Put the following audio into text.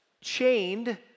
chained